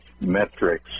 metrics